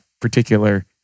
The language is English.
particular